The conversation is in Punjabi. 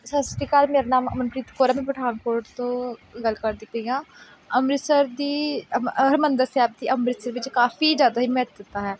ਸਤਿ ਸ਼੍ਰੀ ਅਕਾਲ ਮੇਰਾ ਨਾਮ ਅਮਨਪ੍ਰੀਤ ਕੌਰ ਹੈ ਮੈਂ ਪਠਾਨਕੋਟ ਤੋਂ ਗੱਲ ਕਰਦੀ ਪਈ ਹਾਂ ਅੰਮ੍ਰਿਤਸਰ ਦੀ ਹਰਿਮੰਦਰ ਸਾਹਿਬ ਦੀ ਅੰਮ੍ਰਿਤਸਰ ਵਿੱਚ ਕਾਫ਼ੀ ਜ਼ਿਆਦਾ ਮਹੱਤਤਾ ਹੈ